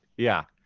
yeah,